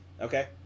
Okay